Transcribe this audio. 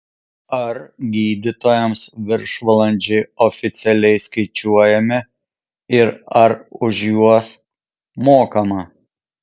ar gydytojams viršvalandžiai oficialiai skaičiuojami ir ar už juos mokama